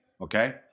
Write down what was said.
okay